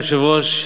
אדוני היושב-ראש,